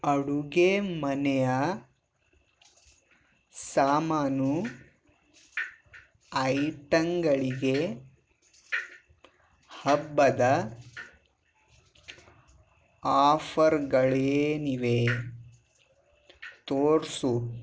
ಅಡುಗೆ ಮನೆಯ ಸಾಮಾನು ಐಟಂಗಳಿಗೆ ಹಬ್ಬದ ಆಫರ್ಗಳೇನಿವೆ ತೋರಿಸು